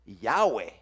Yahweh